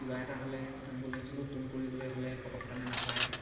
কিবা এটা হ'লে এম্বুলেঞ্চলৈ ফোন কৰিবলৈ হ'লে পটককেনে নাপায়